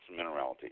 minerality